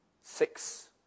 six